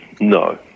No